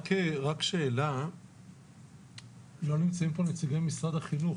לא נמצאים פה נציגים ממשרד החינוך,